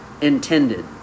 intended